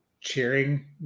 cheering